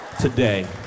today